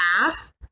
half